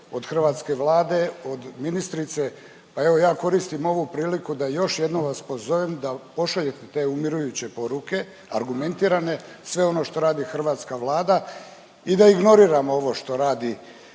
hrvatske Vlade, od ministrice. Pa evo ja koristim ovu priliku da još jednom vas pozovem, da pošaljete umirujuće poruke, argumentirane. Sve ono što radi hrvatska Vlada i da ignoriramo ovo što radi kolega